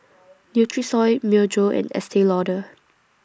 Nutrisoy Myojo and Estee Lauder